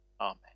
Amen